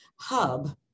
hub